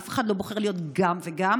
אף אחד לא בוחר להיות גם וגם,